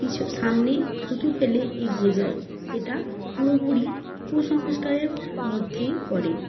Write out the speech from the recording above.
কিছু সামনেই থুতু ফেলে এগিয়ে যায় এটা পুরোপুরি কুসংস্কারের মধ্যেই পড়ে